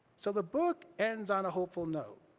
so the book ends on a hopeful note,